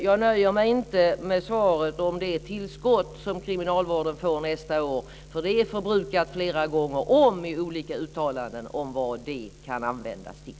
Jag nöjer mig inte med svaret om det tillskott som kriminalvården får nästa år, för det är förbrukat flera gånger om i olika uttalanden om vad det kan användas till.